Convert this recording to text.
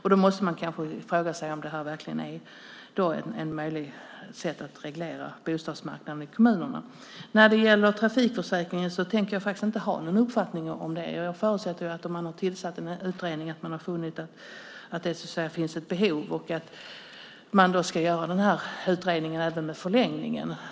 Man kanske då måste fråga sig om det verkligen är ett möjligt sätt att reglera bostadsmarknaden i kommunerna. Trafikförsäkringen tänker jag inte ha någon uppfattning om. Jag förutsätter att man, om man har tillsatt en utredning, har funnit att det finns ett behov och att man ska göra utredningen även med förlängningen.